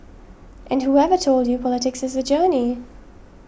and whoever told you politics is a journey